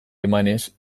emanez